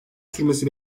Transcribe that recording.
sürmesi